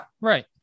right